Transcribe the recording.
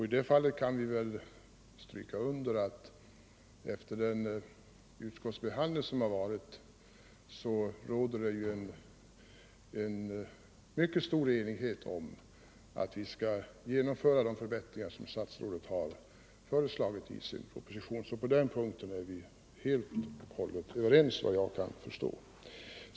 I det fallet kan vi stryka under att efter den utskottsbehandling som varit så råder det en mycket stor enighet om att vi skall genomföra de förbättringar som statsrådet föreslagit i sin proposition. På den punkten är vi helt och hållet överens vad jag kan förstå.